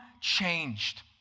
changed